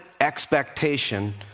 expectation